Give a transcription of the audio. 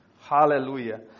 Hallelujah